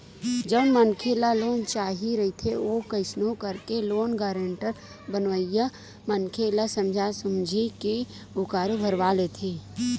जउन मनखे ल लोन चाही रहिथे ओ कइसनो करके लोन गारेंटर बनइया मनखे ल समझा सुमझी के हुँकारू भरवा लेथे